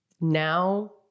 now